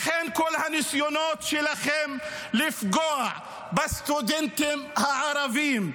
לכן, כל הניסיונות שלכם לפגוע בסטודנטים הערבים,